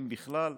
אם בכלל,